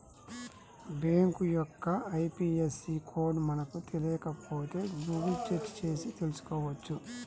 bank యొక్క IFSC code మనకు తెలియకపోతే గుగుల్ సెర్చ్ చేసి తెల్సుకోవచ్చు